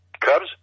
Cubs